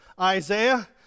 Isaiah